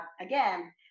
again